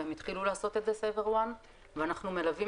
וסייברוואן התחילו לעשות את זה ואנחנו מלווים